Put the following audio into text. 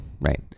Right